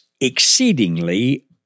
exceedingly